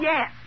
Yes